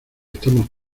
estamos